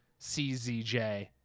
CZJ